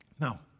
Now